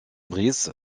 brice